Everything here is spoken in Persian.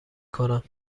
کنم